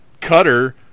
Cutter